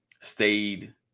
stayed